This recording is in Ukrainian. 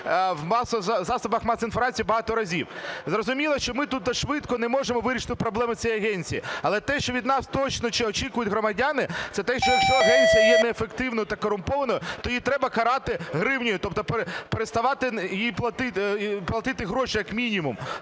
в засобах масової інформації багато разів. Зрозуміло, що ми тут швидко не можемо вирішити проблеми цієї агенції. Але те, що від нас точно очікують громадяни, це те, що якщо агенція є неефективною та корумпованою, то її треба карати гривнею, тобто переставити їй платити гроші як мінімум,